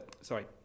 sorry